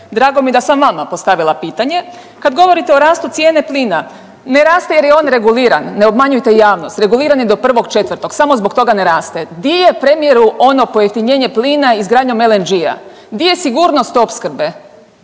Drago mi da sam vama postavila pitanje. Kad govorite o rastu cijene plina, ne raste jer je on reguliran, ne obmanjujte javnost, reguliran je do 1.4. samo zbog toga ne raste. Di je premijeru ono pojeftinjenje plina izgradnjom LNG-a, di je sigurnost opskrbe?